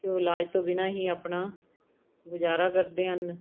ਕਿ ਉਹ ਇਲਾਜ ਤੋਂ ਬਿਨਾਂ ਹੀ ਆਪਣਾ ਗੁਜ਼ਾਰਾ ਕਰਦੇ ਹਨ